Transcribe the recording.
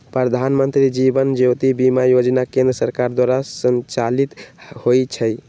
प्रधानमंत्री जीवन ज्योति बीमा जोजना केंद्र सरकार द्वारा संचालित होइ छइ